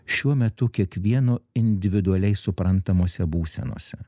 šiuo metu kiekvieno individualiai suprantamose būsenose